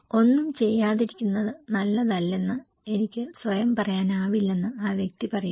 ഒന്നും ചെയ്യാതിരിക്കുന്നത് നല്ലതല്ലെന്ന് എനിക്ക് സ്വയം പറയാനാവില്ലെന്ന് ആ വ്യക്തി പറയുന്നു